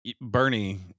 Bernie